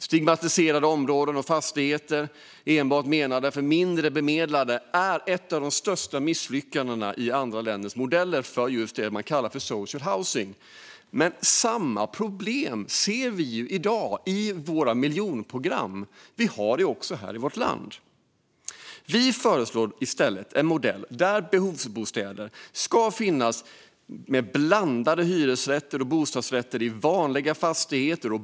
Stigmatiserade områden och fastigheter enbart menade för mindre bemedlade är ett av de största misslyckandena i andra länders modeller för just det man kallar social housing. Men samma problem ser vi i dag i våra miljonprogramsområden. Vi har detta också här i vårt land. Vi föreslår i stället en modell där behovsbostäder ska finnas blandade med hyresrätter och bostadsrätter i vanliga fastigheter.